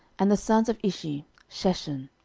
and the sons of ishi sheshan.